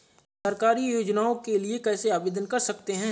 सरकारी योजनाओं के लिए कैसे आवेदन कर सकते हैं?